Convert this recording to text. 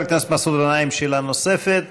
חבר הכנסת מסעוד גנאים, שאלה נוספת,